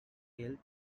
killed